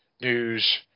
news